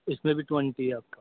اس میں بھی ٹونٹی ہے آپ کا